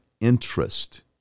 interest